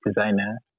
designer